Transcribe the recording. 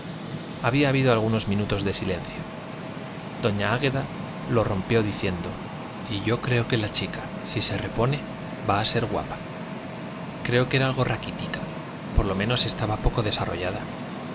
había habido algunos minutos de silencio doña águeda lo rompió diciendo y yo creo que la chica si se repone va a ser guapa creo que era algo raquítica por lo menos estaba poco desarrollada